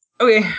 Okay